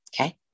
Okay